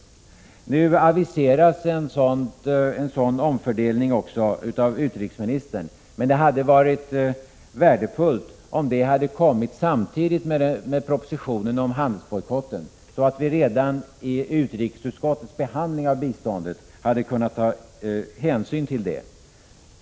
Nu aviserar utrikesministern en sådan omfördelning. Men det hade varit värdefullt om det hade kommit samtidigt med propositionen om handelsbojkott, så att vi redan vid utrikesutskottets behandling av biståndet hade kunnat ta hänsyn till det.